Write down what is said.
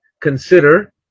consider